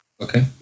Okay